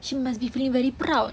she must be feeling very proud